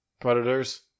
Predators